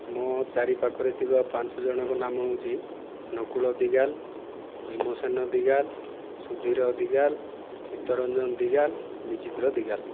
ମୋ ଚାରିପାଖରେ ଥିବା ପାଞ୍ଚଜଣଙ୍କ ନାମ ହେଉଛି ନକୁଳ ଦିଗାଲ୍ ଭୀମସେନ ଦିଗାଲ୍ ସୁଧୀର ଦିଗାଲ୍ ଚିତ୍ତରଞ୍ଜନ ଦିଗାଲ୍ ବିଚିତ୍ର ଦିଗାଲ୍